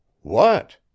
What